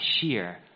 sheer